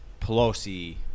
Pelosi